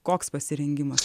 koks pasirengimas